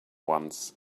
once